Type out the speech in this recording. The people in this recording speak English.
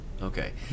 Okay